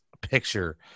picture